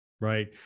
right